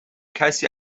کسی